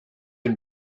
une